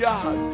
God